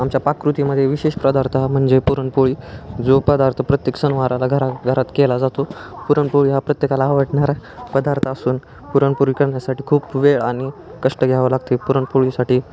आमच्या पाककृतीमध्ये विशेष पदार्थ हा म्हणजे पुरणपोळी जो पदार्थ प्रत्येक सणावाराला घराघरात केला जातो पुरणपोळी हा प्रत्येकाला आवडणारा पदार्थ असून पुरणपोळी करण्यासाठी खूप वेळ आणि कष्ट घ्यावं लागते पुरणपोळीसाठी